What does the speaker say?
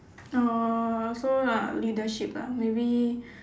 uh also lah leadership lah maybe